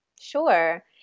Sure